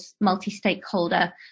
multi-stakeholder